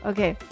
Okay